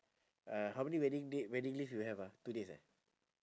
uh how many wedding date wedding leave you have ah two days ah